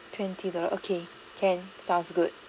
twenty dollar okay can sounds good